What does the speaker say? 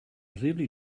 really